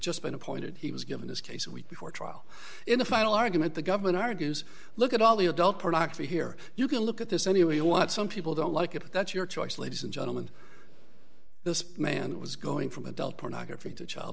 just been appointed he was given this case and we for trial in the final argument the government argues look at all the adult pornography here you can look at this any way you want some people don't like it that's your choice ladies and gentlemen this man was going from adult pornography to child